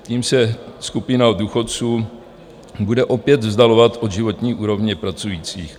Tím se skupina důchodců bude opět vzdalovat od životní úrovně pracujících.